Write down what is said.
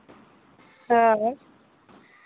ᱦᱮᱸ